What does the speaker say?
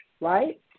right